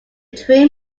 dream